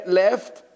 left